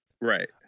Right